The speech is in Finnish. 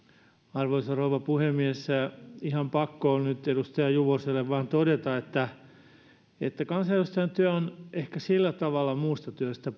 arvoisa rouva puhemies ihan pakko on nyt edustaja juvoselle vaan todeta että että kansanedustajan työ on ehkä sillä tavalla muusta työstä